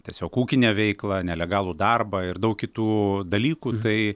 tiesiog ūkinę veiklą nelegalų darbą ir daug kitų dalykų tai